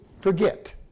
forget